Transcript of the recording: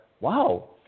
wow